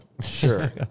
Sure